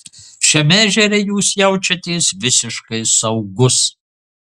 šiame ežere jūs jaučiatės visiškai saugus